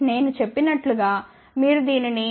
నేను చెప్పినట్లు గా మీరు దీనిని 0